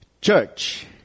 church